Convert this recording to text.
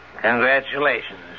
Congratulations